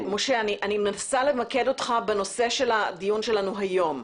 אני מנסה למקד אותך בנושא של הדיון שלנו היום.